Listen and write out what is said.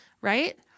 Right